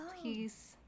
please